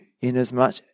inasmuch